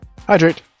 hydrate